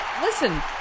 Listen